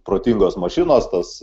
protingos mašinos tas